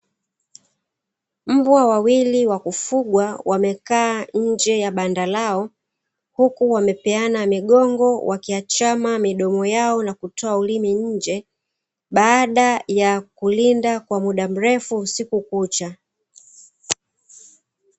Mbwa wawili wakufugwa wamekaa nje ya banda lao huku wamepeana migongo wakiachama midomo yao na kutoa ulimi nje baada ya kulinda mda mrefu usiku kucha.